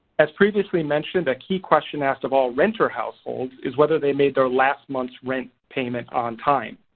as previously mentioned a key question asked of all renter households is whether they made their last month's rent payment on time.